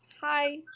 hi